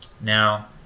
Now